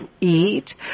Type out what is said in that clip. eat